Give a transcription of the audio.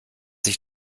sich